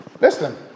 Listen